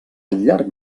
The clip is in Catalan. llarg